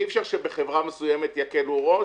אי אפשר שבחברה מסוימת יקלו ראש.